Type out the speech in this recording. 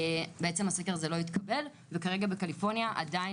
הסקר הזה לא התקבל וכרגע בקליפורניה עדיין